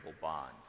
bond